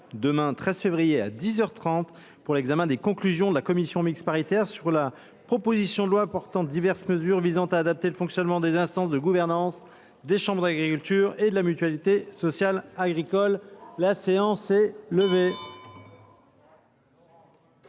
jeudi 13 février 2025 : À dix heures trente : Conclusions de la commission mixte paritaire sur la proposition de loi portant diverses mesures visant à adapter le fonctionnement des instances de gouvernance des chambres d’agriculture et de la mutualité sociale agricole (texte de